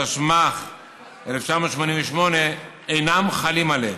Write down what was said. התשמ"ח 1988, אינם חלים עליהם.